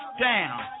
Down